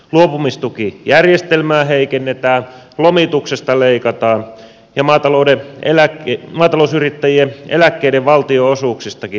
luopumistukijärjestelmää heikennetään lomituksesta leikataan ja maatalousyrittäjien eläkkeiden valtionosuuksistakin leikataan